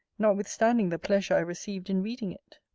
notwithstanding the pleasure i received in reading it.